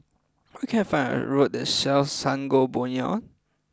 where can I find a road that sells Sangobion